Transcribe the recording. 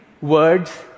words